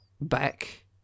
back